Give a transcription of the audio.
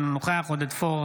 אינו נוכח עודד פורר,